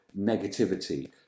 negativity